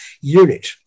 unit